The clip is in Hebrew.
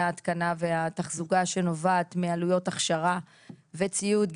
ההתקנה והתחזוקה שנובעת מעלויות הכשרה וציוד,